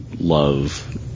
love